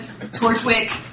Torchwick